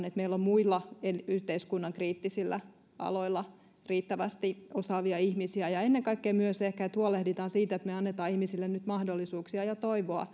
että meillä on muilla yhteiskunnan kriittisillä aloilla riittävästi osaavia ihmisiä ja ennen kaikkea myös huolehdimme siitä että me annamme ihmisille nyt mahdollisuuksia ja toivoa